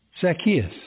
Zacchaeus